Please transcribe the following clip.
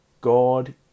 God